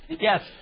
Yes